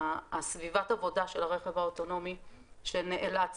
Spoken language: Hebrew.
סביבת העבודה של הרכב האוטונומי שנאלץ